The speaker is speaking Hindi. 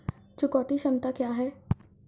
चुकौती क्षमता क्या है?